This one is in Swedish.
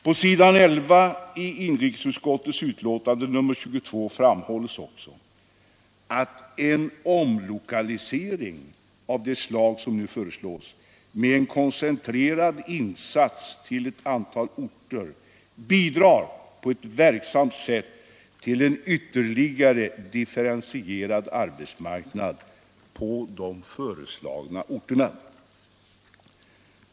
På s. 11 i inrikesutskottets betänkande nr 22 skriver utskottet följande: ”En omlokalisering av det slag som nu föreslås med en koncentrerad insats till ett antal orter bidrar på ett verksamt sätt till en ytterligare differentierad arbetsmarknad på de föreslagna orterna.